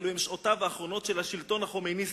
אלו הן שעותיו האחרונות של השלטון החומייניסטי.